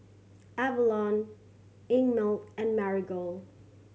Avalon Einmilk and Marigold